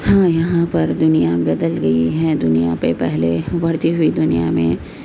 ہاں یہاں پر دنیا بدل گئی ہیں دنیا پہ پہلے بڑھتی ہوئی دنیا میں